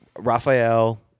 Raphael